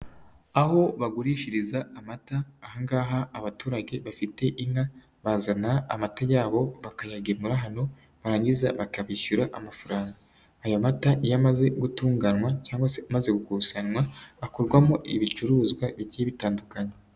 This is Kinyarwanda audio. Aho bagurishiriza amata aha ngaha abaturage bafite inka bazana amata yabo bakayagemura hano barangiza bakabishyura amafaranga, aya mata iyo amaze gutunganywa cyangwa se amaze gukusanywa akorwamo ibicuruzwa bigiye bitandukanye.